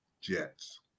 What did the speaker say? Jets